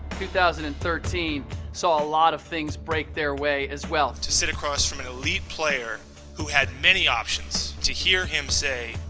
two thousand and thirteen saw a lot of things break their way as well to sit across an elite player who had many options to hear him say?